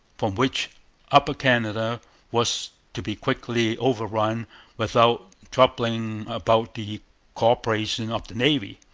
from which upper canada was to be quickly overrun without troubling about the co-operation of the navy.